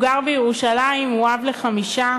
הוא גר בירושלים והוא אב לחמישה.